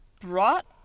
brought